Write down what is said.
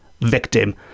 victim